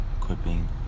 equipping